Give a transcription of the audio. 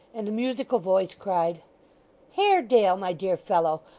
and a musical voice cried haredale, my dear fellow,